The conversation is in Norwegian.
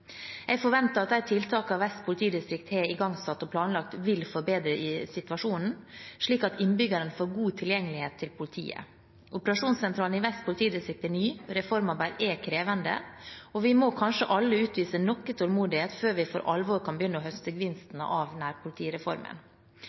Jeg forventer at de tiltakene Vest politidistrikt har igangsatt og planlagt, vil forbedre situasjonen, slik at innbyggerne får god tilgjengelighet til politiet. Operasjonssentralen i Vest politidistrikt er ny, reformarbeid er krevende, og vi må kanskje alle utvise noe tålmodighet før vi for alvor kan begynne å høste gevinstene av nærpolitireformen.